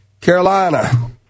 Carolina